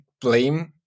blame